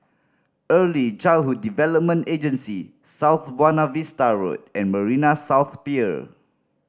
Early Childhood Development Agency South Buona Vista Road and Marina South Pier